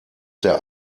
der